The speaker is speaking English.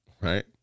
Right